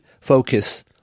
focus